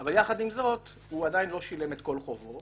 אבל יחד עם זאת, הוא עדיין לא שילם את כל חובו.